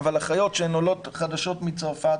אבל אחיות שהן עולות חדשות מצרפת,